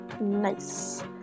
nice